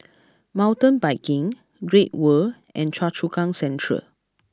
Mountain Biking Great World and Choa Chu Kang Central